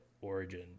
Origin